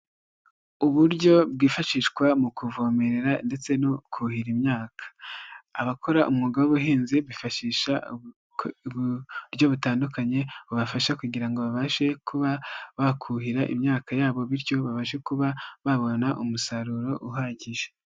Uburyo bwifashishwa mu kuvomerera ndetse no kuhira imyaka, abakora umwuga w'ubuhinzi bifashisha uburyo butandukanye, bubafasha kugira ngo babashe kuba bakuhira imyaka yabo bityo babashe kuba babona umusaruro uhagije.